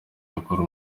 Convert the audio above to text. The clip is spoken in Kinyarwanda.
gukora